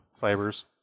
fibers